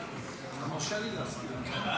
אתה מרשה לי להזכיר, נכון?